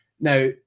Now